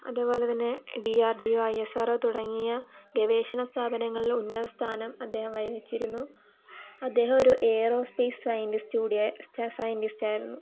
അതേപോലെതന്നെ D R D O I S R O തുടങ്ങിയ ഗവേഷണ സ്ഥാപനങ്ങളിൽ ഉന്നത സ്ഥാനം അദ്ദേഹം വഹിച്ചിരുന്നു അദ്ദേഹം ഒരു എയറോസ്പേയ്സ് സൈൻറ്റിസ്റ്റ് കൂടി സൈൻറ്റിസ്റ്റായിരുന്നു